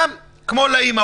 תביא לאבא,